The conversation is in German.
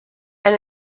ein